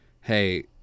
Hey